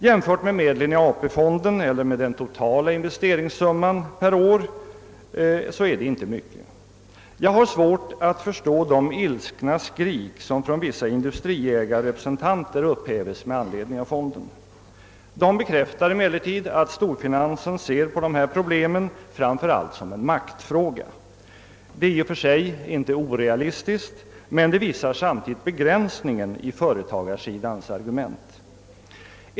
Jämfört med medlen i AP fonden eller den totala investeringssumman per år är det inte mycket. Jag har svårt att förstå de ilskna skrik som från vissa industriidkarrepresentanter upphävs med anledning av fonden. Dessa bekräftar emellertid att storfinansen ser på detta problem som om det framför allt gällde en maktfråga. Det är i och för sig inte orealistiskt, men det visar samtidigt begränsningen i företagarsidans argumentering.